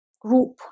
group